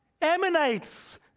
emanates